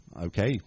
okay